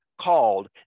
called